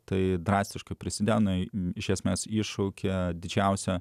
tai drastiškai prisidėjo na i iš esmės iššaukia didžiausią